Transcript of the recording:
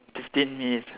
fifteen minutes